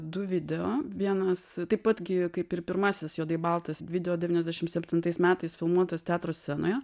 du video vienas taip pat gi kaip ir pirmasis juodai baltas video devyniasdešim septintais metais filmuotas teatro scenoje